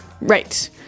Right